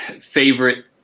favorite